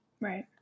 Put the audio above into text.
Right